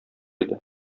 иде